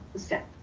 the step